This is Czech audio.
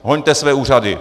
Hoňte své úřady!